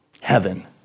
heaven